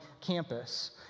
campus